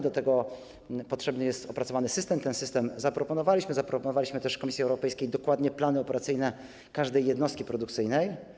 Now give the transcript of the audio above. Do tego potrzebny jest opracowany system, ten system zaproponowaliśmy, zaproponowaliśmy też Komisji Europejskiej dokładne plany operacyjne każdej jednostki produkcyjnej.